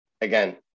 Again